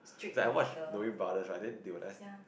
it's like I watch Knowing-Brothers right then they were leh